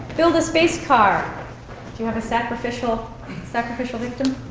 build a space car. do you have a sacrificial sacrificial victim?